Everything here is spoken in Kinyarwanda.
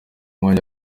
mwanya